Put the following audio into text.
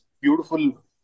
beautiful